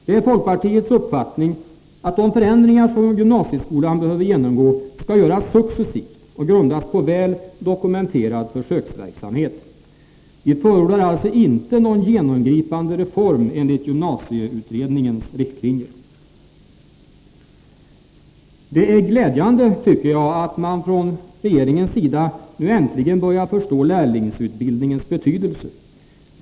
Det är folkpartiets uppfattning att de förändringar som gymnasieskolan behöver genomgå skall göras successivt och grundas på väl dokumenterad försöksverksamhet. Vi förordar alltså inte någon genomgripande reform enligt gymnasieutredningens riktlinjer. Det är glädjande att man från regeringens sida nu äntligen börjar förstå lärlingsutbildningens betydelse.